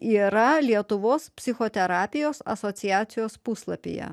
yra lietuvos psichoterapijos asociacijos puslapyje